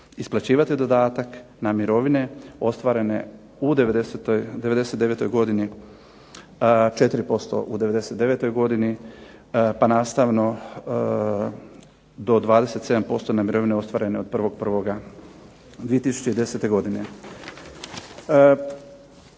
isplaćivati dodatak na mirovine ostvarene u '99. godini, 4% u '99. godini, pa nastavno do 27% na mirovine ostvarene od 1.1.2010. godine.